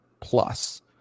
plus